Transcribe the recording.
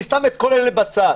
אני שם את כל אלה בצד.